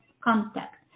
contact